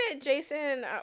Jason